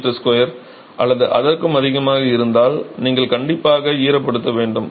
5 kgminm2 அல்லது அதற்கும் அதிகமாக இருந்தால் நீங்கள் கண்டிப்பாக ஈரப்படுத்த வேண்டும்